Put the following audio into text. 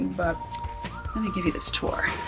but let me give you this tour.